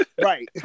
right